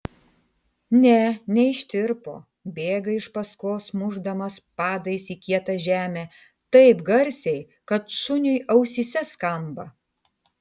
ne neištirpo bėga iš paskos mušdamas padais į kietą žemę taip garsiai kad šuniui ausyse skamba